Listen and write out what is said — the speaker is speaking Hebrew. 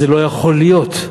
זה לא יכול להיות,